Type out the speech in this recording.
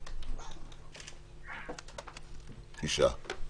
בדיוק רציתי לפנות אליך ולשאול, כי שאלתי מקודם.